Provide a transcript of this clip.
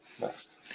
Next